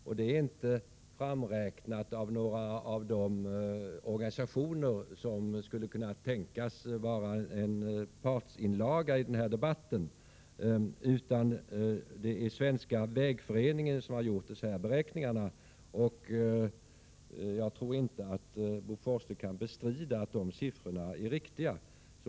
Beloppet är inte framräknat av någon av de organisationer som skulle kunna tänkas svara för en partsinlaga i den här debatten, utan det är Svenska vägföreningen som har gjort dessa beräkningar. Jag tror inte att Bo Forslund kan bestrida att de siffrorna är riktiga.